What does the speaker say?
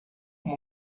uma